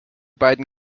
beiden